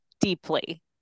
deeply